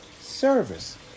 service